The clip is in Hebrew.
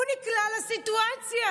הוא נקלע לסיטואציה.